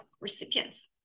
recipients